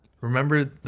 Remember